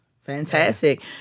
Fantastic